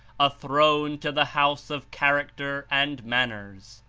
a throne to the house of character and man ners,